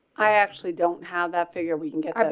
i actually don't have that figure. we can get.